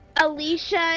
Alicia